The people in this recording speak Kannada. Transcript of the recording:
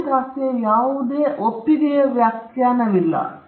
ಬೌದ್ಧಿಕ ಆಸ್ತಿಯ ಯಾವುದೇ ಒಪ್ಪಿಗೆಯ ವ್ಯಾಖ್ಯಾನವಿಲ್ಲ